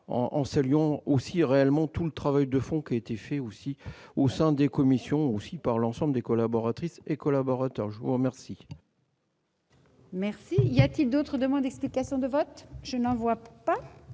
en saluant aussi réellement tout le travail de fond qui a été fait aussi au sein des commissions aussi par l'ensemble des collaboratrices et collaborateurs, je vous remercie. Merci, il y a-t-il d'autre demande d'explications de vote, je n'en vois pas